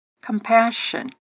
Compassion